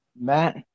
Matt